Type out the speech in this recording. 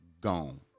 Gone